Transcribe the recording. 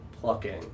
plucking